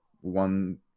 one